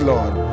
Lord